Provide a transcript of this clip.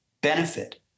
benefit